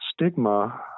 stigma